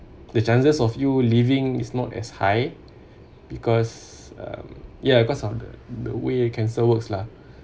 the chances of you living is not as high because um ya because of the the way cancer works lah